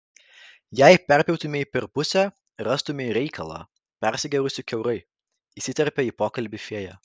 jei perpjautumei per pusę rastumei reikalą persigėrusį kiaurai įsiterpia į pokalbį fėja